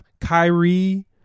Kyrie